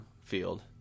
field